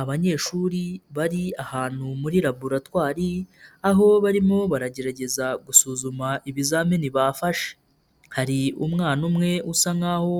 Abanyeshuri bari ahantu muri laboratwari, aho barimo baragerageza gusuzuma ibizamini bafashe, hari umwana umwe usa nk'aho